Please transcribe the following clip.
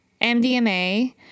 MDMA